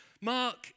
Mark